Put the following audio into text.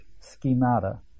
schemata